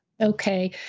Okay